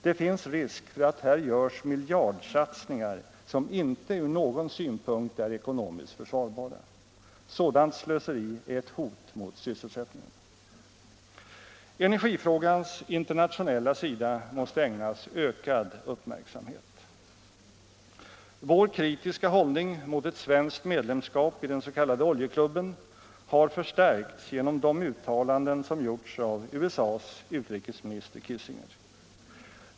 Det finns risk för att här görs miljardsatsningar, som inte är ekonomiskt försvarbara. Sådant slöseri är ett hot mot sysselsättningen. Energifrågans internationella sida måste ägnas ökad uppmärksamhet. Vår kritiska hållning mot ett svenskt medlemskap i den s.k. oljeklubben har förstärkts genom de uttalanden som gjorts av USA:s utrikesminister Kissinger.